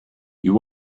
you